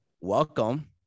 welcome